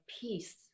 peace